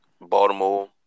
Baltimore